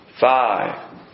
Five